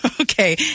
okay